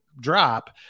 drop